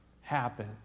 happen